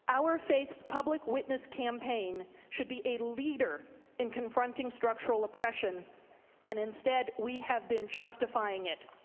our faith's public witness campaign should be a leader in confronting structural oppression and instead we have been justifying it.